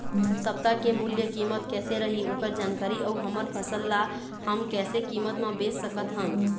सप्ता के मूल्य कीमत कैसे रही ओकर जानकारी अऊ हमर फसल ला हम कैसे कीमत मा बेच सकत हन?